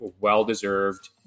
well-deserved